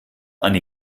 eine